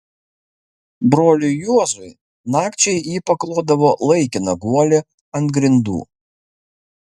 broliui juozui nakčiai ji paklodavo laikiną guolį ant grindų